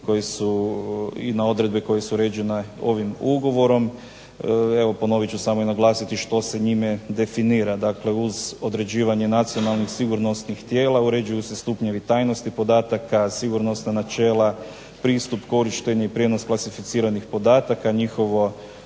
i na odredbe koje su uređene ovim Ugovorom. Evo ponovit ću samo i naglasiti što se njime definira. Dakle, uz određivanje nacionalnih, sigurnosnih tijela uređuju se stupnjevi tajnosti podataka, sigurnosna načela, pristup, korištenje i prijenos klasificiranih podataka, njihovo